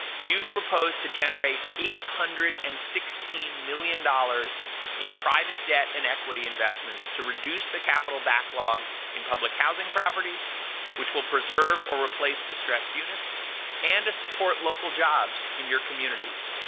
you've proposed to generate eight hundred and sixteen million dollars in private debt and equity investments to reduce the capital backlog in public housing properties which will preserve or nine replace distressed units and support local jobs in your communities,